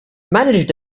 managed